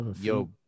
yo